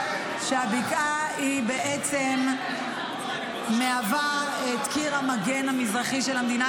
שהבקעה בעצם מהווה את קיר המגן המזרחי של המדינה,